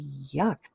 yuck